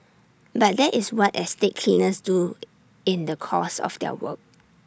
but that is what estate cleaners do in the course of their work